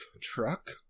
truck